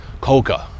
coca